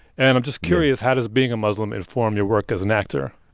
and i'm just curious, how does being a muslim inform your work as an actor?